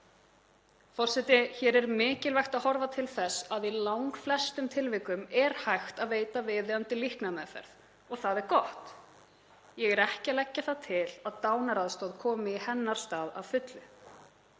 Forseti. Hér er mikilvægt að horfa til þess að í langflestum tilvikum er hægt að veita viðeigandi líknarmeðferð og það er gott. Ég er ekki að leggja það til að dánaraðstoð komi í hennar stað að fullu.